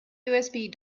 usb